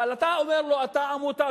אבל אתה אומר לו: אתה עמותה,